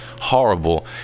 horrible